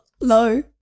No